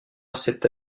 cette